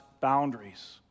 boundaries